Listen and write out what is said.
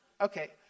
Okay